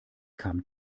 kam